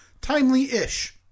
timely-ish